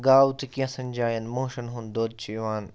گاو تہِ کینٛژَن جایَن موشین ہُِنٛد دۄد چھُ یِوان